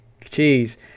Jeez